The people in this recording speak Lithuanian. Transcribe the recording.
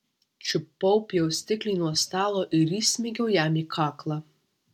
čiupau pjaustiklį nuo stalo ir įsmeigiau jam į kaklą